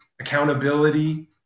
accountability